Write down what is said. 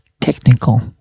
technical